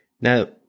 Now